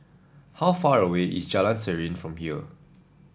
how far away is Jalan Serene from here